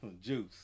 juice